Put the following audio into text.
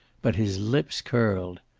but his lips curled.